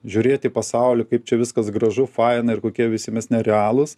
žiūrėt į pasaulį kaip čia viskas gražu faina ir kokie visi mes nerealūs